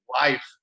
life